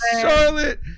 Charlotte